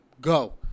Go